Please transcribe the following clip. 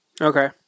Okay